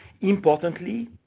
Importantly